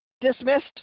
dismissed